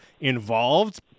involved